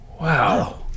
Wow